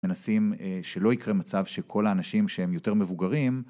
מנסים שלא יקרה מצב שכל האנשים שהם יותר מבוגרים